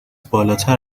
بالاتر